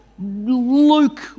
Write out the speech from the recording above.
Luke